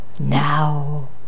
now